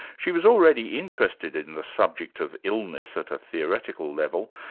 she was already interested in the subject of illness at a theoretical level,